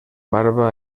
barba